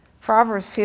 Proverbs